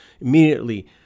immediately